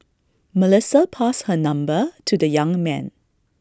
Melissa passed her number to the young man